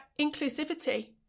inclusivity